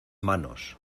manos